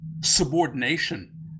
subordination